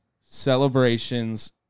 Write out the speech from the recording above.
celebrations